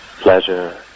pleasure